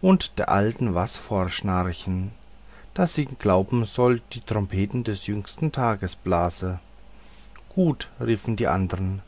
und der alten was vorschnarchen daß sie glauben soll die trompete des jüngsten tages blase gut riefen die andern